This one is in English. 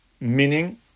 meaning